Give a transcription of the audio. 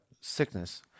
sickness